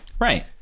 Right